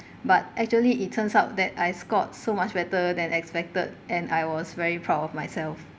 but actually it turns out that I scored so much better than expected and I was very proud of myself